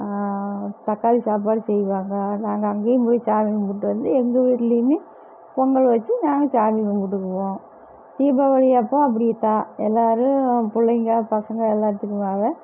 தக்காளி சாப்பாடு செய்வாங்க நாங்கள் அங்கேயும் போய் சாமி கும்பிட்டு வந்து எங்கள் வீட்லேயுமே பொங்கல் வச்சு நாங்கள் சாமி கும்பிட்டுக்குவோம் தீபாவளி அப்போ அப்படி இருப்போம் எல்லாேரும் என் பிள்ளைங்க பசங்கள் எல்லாத்துக்கும்